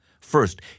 First